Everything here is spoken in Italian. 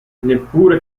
neppure